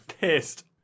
pissed